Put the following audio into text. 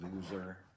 loser